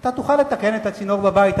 אתה תוכל לתקן את הצינור בבית,